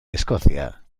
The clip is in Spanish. escocia